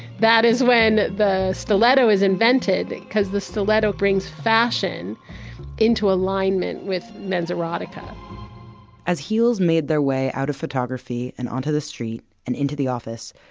that is when the stiletto is invented because the stiletto brings fashion into alignment with men's erotica as heels made their way out of photography and onto the street and into the office,